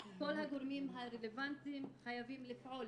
כל הגורמים הרלוונטיים חייבים לפעול